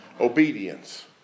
Obedience